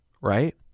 right